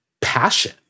passion